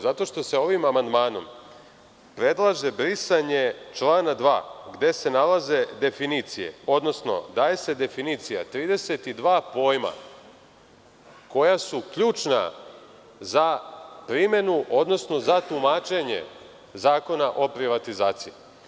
Zato što se ovim amandmanom predlaže brisanje člana 2, gde se nalaze definicije, odnosno daje se definicija 32 pojma koja su ključna za primenu, odnosno za tumačenje Zakona o privatizaciji.